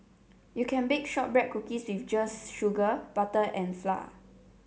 you can bake shortbread cookies just with sugar butter and flour